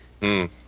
-hmm